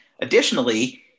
additionally